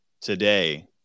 today